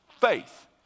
faith